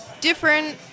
different